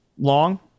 long